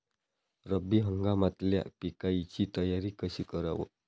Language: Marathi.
रब्बी हंगामातल्या पिकाइची तयारी कशी कराव?